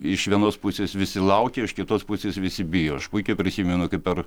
iš vienos pusės visi laukia iš kitos pusės visi bijo aš puikiai prisimenu kaip per